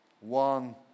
One